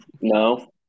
No